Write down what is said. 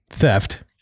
theft